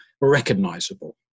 recognizable